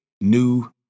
new